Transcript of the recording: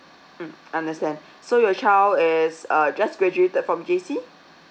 mm understand so your child is err just graduated from J C